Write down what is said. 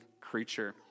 creature